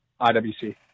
IWC